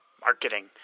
Marketing